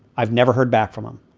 i've never heard back from them.